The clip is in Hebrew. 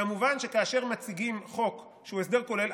כמובן שכאשר מציגים חוק שהוא הסדר כולל,